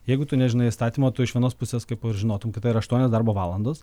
jeigu tu nežinai įstatymo tu iš vienos pusės kaip ir žinotum kad tai yra aštuonios darbo valandos